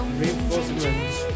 reinforcements